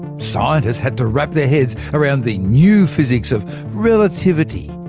scientists had to wrap their heads around the new physics of relativity,